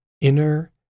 inner